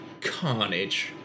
carnage